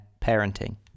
Parenting